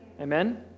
Amen